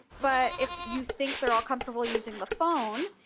but if you think they're all comfortable using the phone,